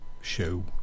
show